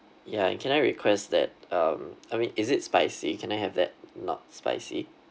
ya can I request that um I mean is it spicy can I have that not spicy